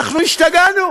אנחנו השתגענו,